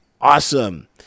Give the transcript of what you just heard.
awesome